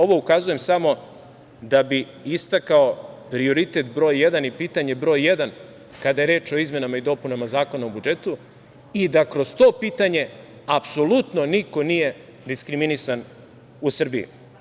Ovo ukazujem samo da bih istakao prioritet broj jedan i pitanje broj jedan kada je reč o izmenama i dopunama Zakona o budžetu i da kroz to pitanje apsolutno niko nije diskriminisan u Srbiji.